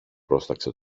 πρόσταξε